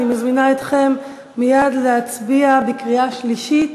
אני מזמינה אתכם מייד להצביע בקריאה שלישית